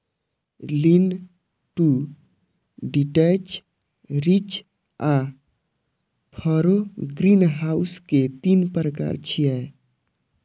lean to detached, ridge आ furrow greenhouse के तीन प्रकार छियै